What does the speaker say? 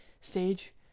stage